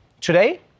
Today